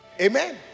Amen